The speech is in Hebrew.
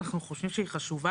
אנחנו חושבים שהיא חשובה.